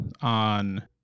on